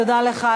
תודה לך,